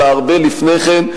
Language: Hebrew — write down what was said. אלא הרבה לפני כן,